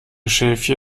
schäfchen